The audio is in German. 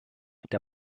der